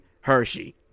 Hershey